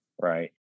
right